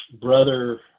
Brother